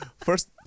First